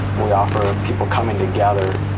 we offer people coming together.